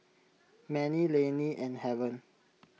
Manie Laney and Haven